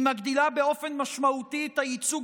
היא מגדילה באופן משמעותי את הייצוג